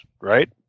right